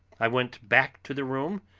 i went back to the room,